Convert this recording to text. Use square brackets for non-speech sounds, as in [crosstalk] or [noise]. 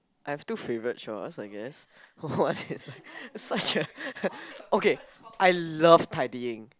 I have two favourite chores I guess [noise] such a okay I love tidying